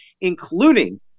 including